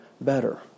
better